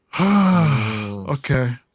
Okay